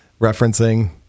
referencing